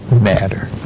matter